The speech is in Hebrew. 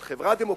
אבל חברה דמוקרטית